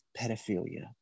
pedophilia